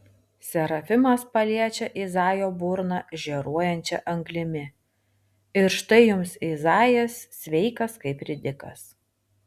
serafimas paliečia izaijo burną žėruojančia anglimi ir štai jums izaijas sveikas kaip ridikas